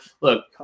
Look